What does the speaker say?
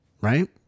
Right